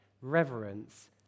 reverence